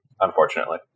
Unfortunately